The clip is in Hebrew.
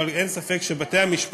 אבל אין ספק שבתי-המשפט